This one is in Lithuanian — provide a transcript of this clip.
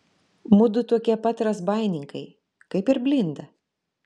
mudu tokie pat razbaininkai kaip ir blinda